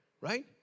right